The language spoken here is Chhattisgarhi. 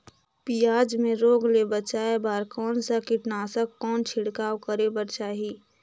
पियाज मे रोग ले बचाय बार कौन सा कीटनाशक कौन छिड़काव करे बर चाही?